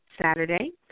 Saturday